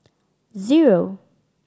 zero